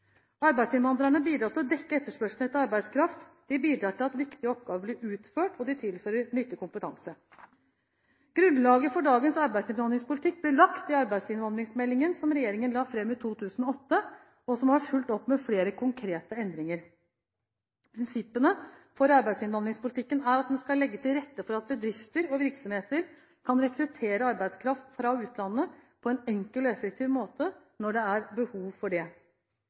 Arbeidsinnvandrerne bidrar til å dekke etterspørselen etter arbeidskraft, de bidrar til at viktige oppgaver blir utført, og de tilfører nyttig kompetanse. Grunnlaget for dagens arbeidsinnvandringspolitikk ble lagt i arbeidsinnvandringsmeldingen som regjeringen la fram i 2008, og som har vært fulgt opp med flere konkrete endringer. Prinsippene for arbeidsinnvandringspolitikken er at den skal legge til rette for at bedrifter og virksomheter kan rekruttere arbeidskraft fra utlandet på en enkel og effektiv måte, når det er behov for det.